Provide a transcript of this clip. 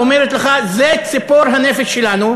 אומרת לך: זה ציפור הנפש שלנו,